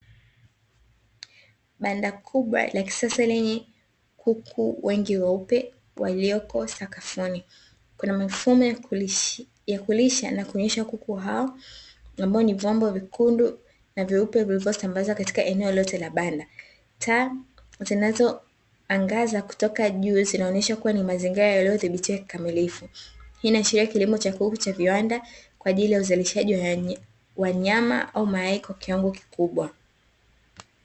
Banda kubwa la kisasa lenye kuku wengi weupe walioko sakafuni. Kuna mifumo ya kulisha na kunywesha kuku hao, ambayo ni vyombo vyekundu na vyeupe vilivyosambazwa katika eneo lote la banda. Taa zinazo angaza kutoka juu zinaonyesha kuwa ni mazingira yaliyodhibitiwa kikamilifu. Hii inaashiria kilimo cha kuku cha viwanda kwa ajili ya uzalishaji wa nyama au mayai kwa kiwango kikubwa.